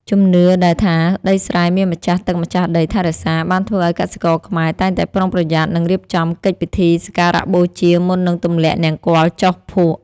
ជំនឿដែលថាដីស្រែមានម្ចាស់ទឹកម្ចាស់ដីថែរក្សា បានធ្វើឱ្យកសិករខ្មែរតែងតែប្រុងប្រយ័ត្ន និងរៀបចំកិច្ចពិធីសក្ការបូជាមុននឹងទម្លាក់នង្គ័លចុះភក់។